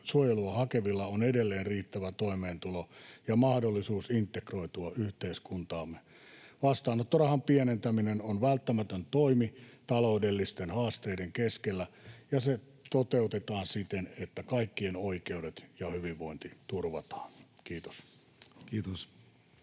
suojelua hakevilla on edelleen riittävä toimeentulo ja mahdollisuus integroitua yhteiskuntaamme. Vastaanottorahan pienentäminen on välttämätön toimi taloudellisten haasteiden keskellä, ja se toteutetaan siten, että kaikkien oikeudet ja hyvinvointi turvataan. — Kiitos.